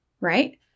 right